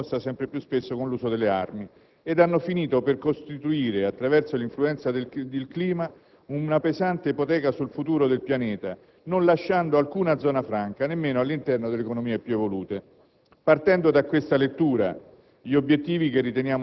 hanno costituito l'oggetto di una progressiva politica di potenza imposta sempre più spesso con l'uso delle armi ed hanno finito per costituire, attraverso l'influenza sul clima, una pesante ipoteca sul futuro del pianeta, non lasciando alcuna zona franca, nemmeno all'interno delle economie più evolute.